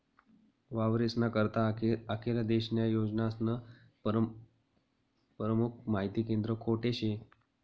वावरेस्ना करता आखेल देशन्या योजनास्नं परमुख माहिती केंद्र कोठे शे?